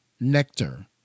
nectar